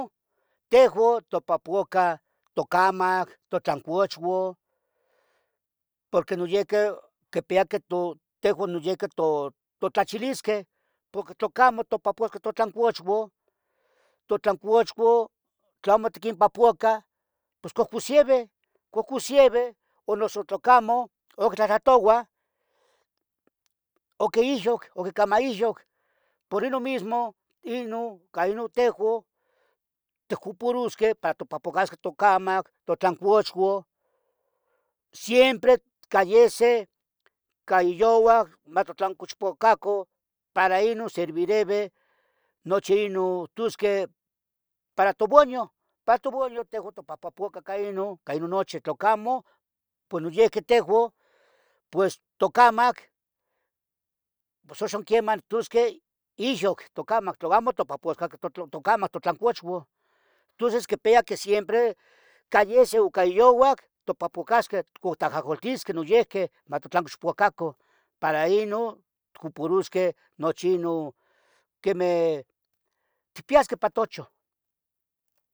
Tehoun, topahpoacah tocamac, totlancochoun porque noyihqueh. quipiya que to, tehoun noyihqui to, totlachilisqueh, porque. tlocamo topahpoacah totlancochoun, totlancochuon, tlomo. tiquimpahpoacah pos cohcosieveh, cohcosieveh, o noso tlocamo. oc tlatlahtoua oqui ihyoc, oc cama ihyoc, por inun mismo. inun, ca inun tehuon ticoporosqueh para topahpacasque tocamac, totlancochoun Siempre tlayese, cai youac, matotlancochpacocoun, para inun. servireve, nochi inun, o tusque para toboaño, para toboaño. tehoun timopahpahpoacah ica inun, ica inun nochi, tlocamo. poh noyihqui tehoun, pues tocamac, pos oxon quiemah tusqueh. ihyoc tocamac tlocamo topahpoacah tocamac totlancochoun Tonces quipia que siempre ca yesi o ca youac topahpocasqueh. o tajaholtilqueh noyihque, matotlancochpoacacon, para inun. ticoporusqueh nochi, inun quemeh, ticpiasyeh pa tochon